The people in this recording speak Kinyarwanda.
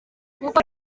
kuko